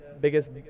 biggest